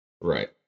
right